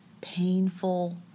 painful